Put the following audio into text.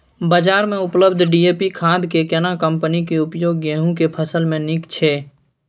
बाजार में उपलब्ध डी.ए.पी खाद के केना कम्पनी के उपयोग गेहूं के फसल में नीक छैय?